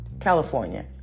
California